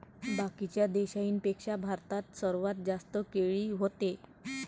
बाकीच्या देशाइंपेक्षा भारतात सर्वात जास्त केळी व्हते